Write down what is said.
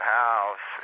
house